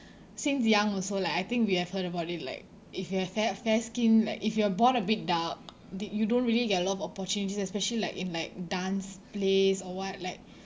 since young also like I think we have heard about it like if you have fair fair skin like if you are born a bit dark d~ you don't really get a lot of opportunities especially like in like dance plays or what like